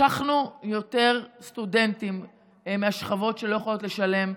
משכנו יותר סטודנטים מהשכבות שלא יכולות לשלם,